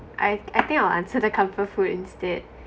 I I think I'll answer the comfort food instead